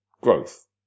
growth